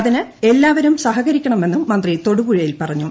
അതിന് എല്ലാരും സഹകരിക്കണമെന്നും മന്ത്രി തൊടുപുഴയിൽ പറഞ്ഞു